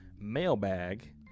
mailbag